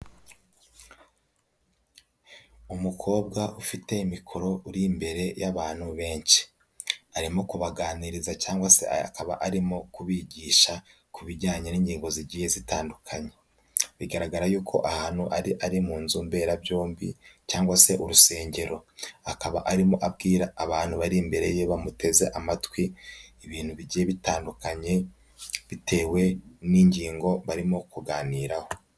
Umukobwa ufite mikoro uri imbere y'abantu benshi, arimo kubaganiriza cyangwa se akaba arimo kubigisha ku bijyanye n'ingingo zigiye zitandukanye, bigaragara yuko ahantu ari ari mu nzu mberabyombi cyangwa se urusengero, akaba arimo abwira abantu bari imbere ye bamuteze amatwi ibintu bigiye bitandukanye bitewe n'ingingo barimo kuganiraho.